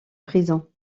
prison